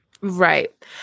Right